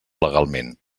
legalment